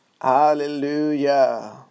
hallelujah